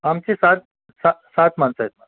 आमची सात सात सात माणसं आहेत